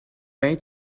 may